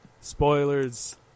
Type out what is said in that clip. spoilers